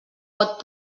pot